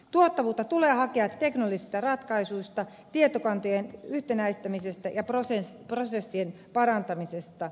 tuottavuutta tulee hakea teknillisistä ratkaisuista tietokantojen yhtenäistämisestä ja prosessien parantamisesta